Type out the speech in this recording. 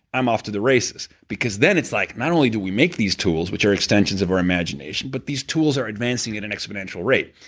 i'm off to the races, because then it's, like not only do we make these tools, which are extensions of our imagination, but these tools are advancing at an exponential rate.